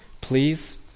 please